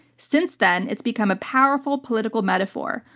since then, it's become a powerful political metaphor.